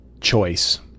choice